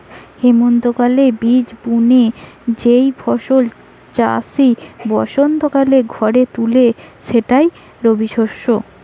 হেমন্তকালে বীজ বুনে যেই ফসল চাষি বসন্তকালে ঘরে তুলে সেটাই রবিশস্য